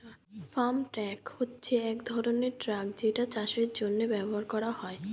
farm truck হচ্ছে এক ধরনের ট্রাক যেটা চাষের জন্য ব্যবহার করা হয়